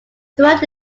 throughout